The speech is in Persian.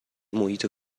محیط